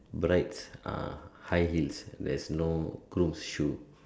bride's ah high heels there is no groom's shoe